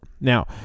Now